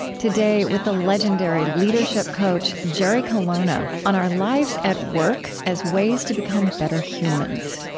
today with the legendary leadership coach jerry colonna on our lives at work as ways to become better humans.